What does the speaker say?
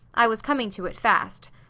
i was coming to it fast.